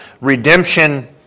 redemption